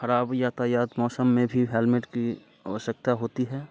खराब यातायात मौसम में भी हैलमेट की आवश्यकता होती है